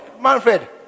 Manfred